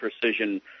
precision